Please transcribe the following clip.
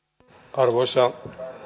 arvoisa